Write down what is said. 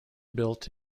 built